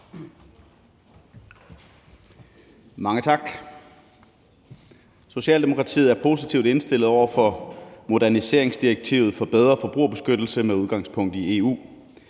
Mange tak. Socialdemokratiet er positivt indstillet over for moderniseringsdirektivet for bedre forbrugerbeskyttelse med udgangspunkt i EU.